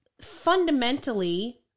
fundamentally